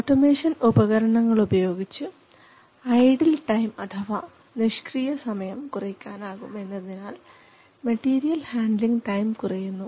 automation ഉപകരണങ്ങളുപയോഗിച്ച് idle time അഥവാ നിഷ്ക്രിയ സമയം കുറയ്ക്കാനാകും എന്നതിനാൽ മെറ്റീരിയൽ ഹാൻഡ്ലിങ് ടൈം കുറയുന്നു